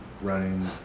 running